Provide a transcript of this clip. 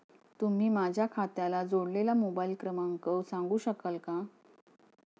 तुम्ही माझ्या खात्याला जोडलेला मोबाइल क्रमांक सांगू शकाल का?